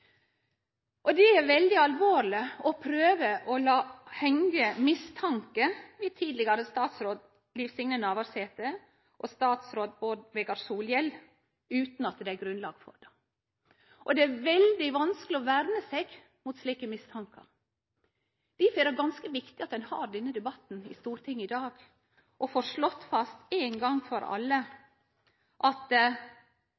takast. Det er veldig alvorleg å prøve å late det hengje mistanke ved dei tidlegare statsrådane Liv Signe Navarsete og Bård Vegar Solhjell utan at det er grunnlag for det. Det er veldig vanskeleg å verne seg mot slike mistankar. Difor er det ganske viktig at ein har denne debatten i Stortinget i dag og får slått fast ein gong for alle